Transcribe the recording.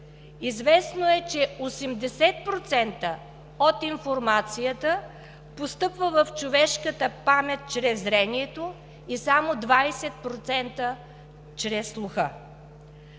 Известно е, че 80% от информацията постъпва в човешката памет чрез зрението и само 20% – чрез слуха.